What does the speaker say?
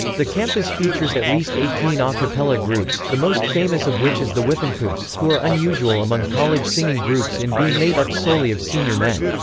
the campus features at least eighteen a ah cappella groups, the most famous of which is the whiffenpoofs, who are unusual among college singing groups in being made up solely of senior men.